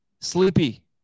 Sleepy